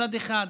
מצד אחד,